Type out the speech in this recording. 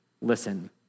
listen